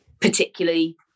particularly